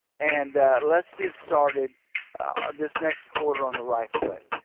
and let's get started of this next quarter on the right foot.